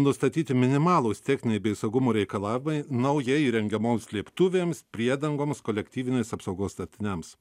nustatyti minimalūs techniniai bei saugumo reikalavimai naujai įrengiamoms slėptuvėms priedangoms kolektyvinės apsaugos statiniams